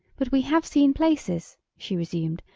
but we have seen places, she resumed,